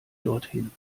dorthin